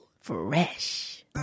Fresh